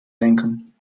denken